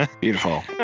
Beautiful